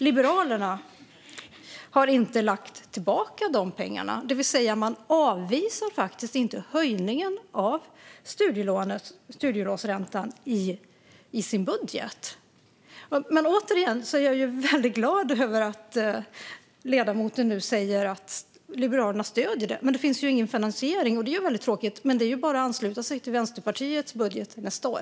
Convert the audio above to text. Liberalerna har inte lagt tillbaka dessa pengar, det vill säga att de inte avvisar höjningen av studielånsräntan i sin budget. Men återigen är jag väldigt glad över att ledamoten nu säger att Liberalerna stöder detta. Men det finns ingen finansiering, och det är väldigt tråkigt. Men det är bara att ansluta sig till Vänsterpartiets budget nästa år.